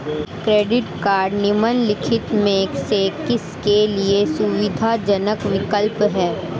Credit cards निम्नलिखित में से किसके लिए सुविधाजनक विकल्प हैं?